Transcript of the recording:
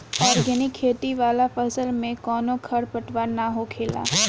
organic खेती वाला फसल में कवनो खर पतवार ना होखेला